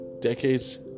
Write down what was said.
decades